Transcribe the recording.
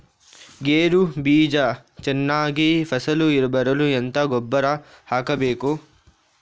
ಗೇರು ಬೀಜ ಚೆನ್ನಾಗಿ ಫಸಲು ಬರಲು ಎಂತ ಗೊಬ್ಬರ ಹಾಕಬೇಕು?